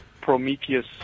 Prometheus